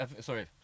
sorry